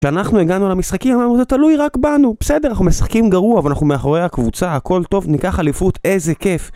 כשאנחנו הגענו למשחקים אמרנו זה תלוי רק בנו, בסדר, אנחנו משחקים גרוע, אבל אנחנו מאחורי הקבוצה, הכל טוב, ניקח אליפות, איזה כיף